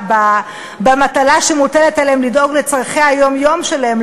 במטלה שמוטלת עליהם לדאוג לצורכי היום-יום שלהם,